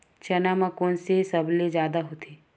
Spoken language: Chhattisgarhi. चना म कोन से सबले जादा होथे?